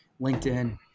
LinkedIn